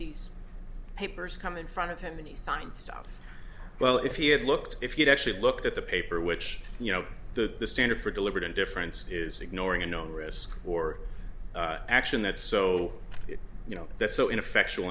these papers come in front of him and he signed stuff well if he had looked if you'd actually looked at the paper which you know that the standard for deliberate indifference is ignoring a known risk or action that's so you know that's so ineffectual